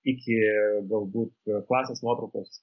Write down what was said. iki galbūt klasės nuotraukos